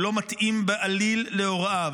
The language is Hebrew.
הוא לא מתאים בעליל להוראה.